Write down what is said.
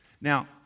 now